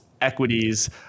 equities